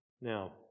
Now